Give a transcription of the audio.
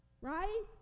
Right